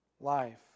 life